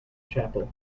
chapel